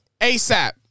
ASAP